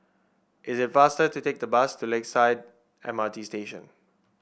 it is faster to take the bus to Lakeside M R T Station